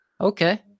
Okay